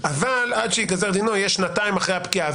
אבל עד שייגזר דינו זה יהיה שנתיים אחרי הפקיעה,